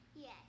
Yes